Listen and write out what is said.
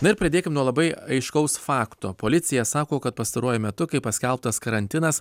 na ir pradėkim nuo labai aiškaus fakto policija sako kad pastaruoju metu kai paskelbtas karantinas